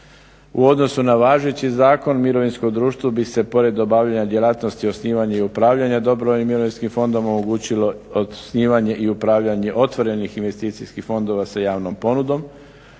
u odnosu na važeći zakon mirovinsko društvo bi se pored obavljanja djelatnosti, osnivanja i upravljanja dobrovoljnim mirovinskim fondom omogućilo osnivanje i upravljanje otvorenih investicijskih fondova sa javnom ponudom